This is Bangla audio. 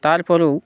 তার পরেও